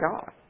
God